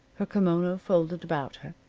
her kimono folded about her,